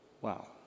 Wow